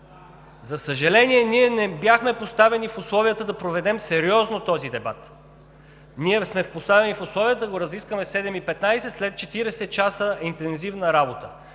За съжаление, не бяхме поставени в условията да проведем сериозно този дебат. Ние сме поставени в условия да го разискваме в 19,15 ч., след 40 часа интензивна работа.